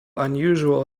unusual